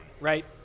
Right